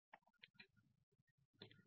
மாணவர் ஐயா இதோ நேரம் 3453 ஐ பார்க்கவும்